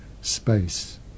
space